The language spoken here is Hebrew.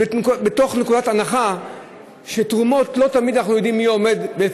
מתוך נקודת הנחה שבתרומות אנחנו לא יודעים מי עומד מאחורי זה,